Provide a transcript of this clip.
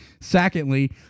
Secondly